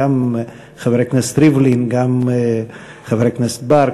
גם חבר הכנסת ריבלין וגם חבר הכנסת בר,